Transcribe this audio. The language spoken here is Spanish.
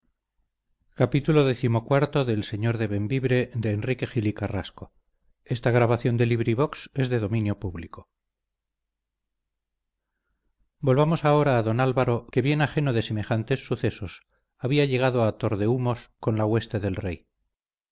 volvamos ahora a don álvaro que bien ajeno de semejantes sucesos había llegado a tordehumos con la hueste del rey